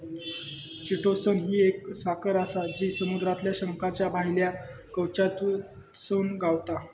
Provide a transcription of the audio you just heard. chitosan ही एक साखर आसा जी समुद्रातल्या शंखाच्या भायल्या कवचातसून गावता